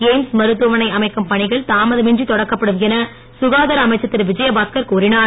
AIIMS மருத்துவமனை அமைக்கும் பணிகள் தாமதமின்றி தொடக்கப்படும் என க்காதார அமைச்சர் திரு விதயபாஸ்கர் கூறினார்